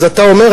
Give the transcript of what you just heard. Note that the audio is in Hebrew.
אתה אומר,